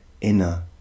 inner